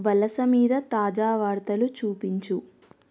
వలస మీద తాజా వార్తలు చూపించు